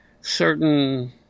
certain